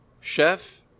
Chef